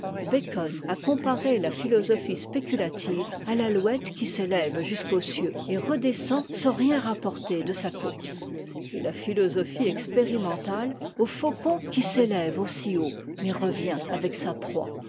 bacon a comparé la philosophie spéculative à l'alouette qui s'élève jusqu'aux cieux et redescend sans rien rapporter de sa course et la philosophie expérimentale au faucon qui s'éiève aussi haut mais revient avec sa proie